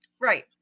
right